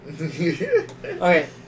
Okay